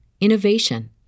innovation